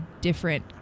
different